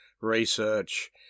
research